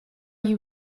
you